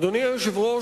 אדוני היושב-ראש,